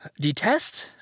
detest